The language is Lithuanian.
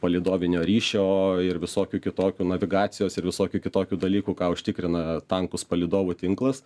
palydovinio ryšio ir visokių kitokių navigacijos ir visokių kitokių dalykų ką užtikrina tankus palydovų tinklas